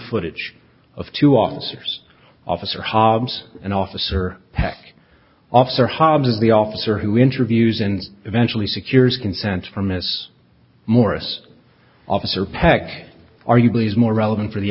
footage of two officers officer hobbs and officer pack officer hobbs is the officer who interviews and eventually secures consent for miss morris officer peck arguably is more relevant for the